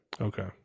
Okay